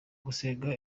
gusenga